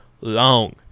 long